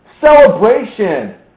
Celebration